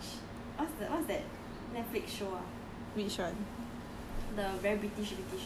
then he say he say okay but you got watch what's the what's that Netflix show ah